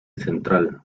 central